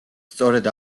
სწორედ